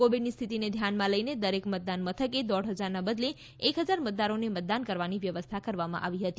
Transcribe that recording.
કોવીડની સ્થિતિને ધ્યાનમાં લઇને દરેક મતદાન મથકે દોઢ હજારના બદલે એક હજાર મતદારોને મતદાન કરવાની વ્યવસ્થા કરાઇ છે